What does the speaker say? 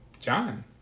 John